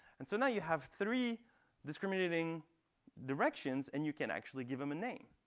and so now, you have three discriminating directions. and you can actually give them a name.